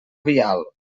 vial